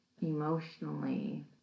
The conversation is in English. emotionally